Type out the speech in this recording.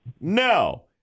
no